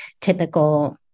typical